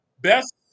best